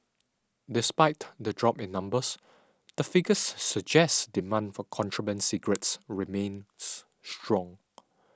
despite the drop in numbers the figures suggest demand for contraband cigarettes remains strong